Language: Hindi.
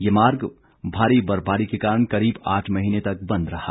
ये मार्ग भारी बर्फबारी के कारण करीब आठ महीने तक बंद रहा